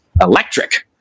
electric